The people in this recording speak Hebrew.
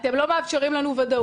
אתם לא מאפשרים לנו ודאות